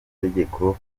itegeko